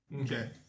Okay